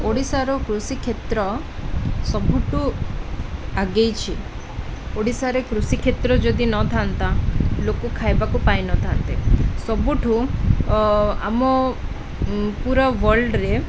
ଓଡ଼ିଶାର କୃଷି କ୍ଷେତ୍ର ସବୁଠୁ ଆଗେଇଛି ଓଡ଼ିଶାରେ କୃଷି କ୍ଷେତ୍ର ଯଦିନଥାନ୍ତା ଲୋକ ଖାଇବାକୁ ପାଇନଥାନ୍ତେ ସବୁଠୁ ଆମ ପୁରା ୱାର୍ଲଡ଼ରେ